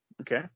Okay